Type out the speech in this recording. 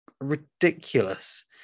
ridiculous